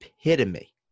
epitome